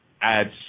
Adds